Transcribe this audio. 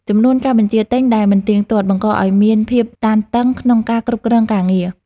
ចំនួនការបញ្ជាទិញដែលមិនទៀងទាត់ បង្កឱ្យមានភាពតានតឹងក្នុងការគ្រប់គ្រងការងារ។